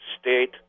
state